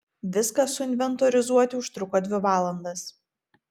viską suinventorizuoti užtruko dvi valandas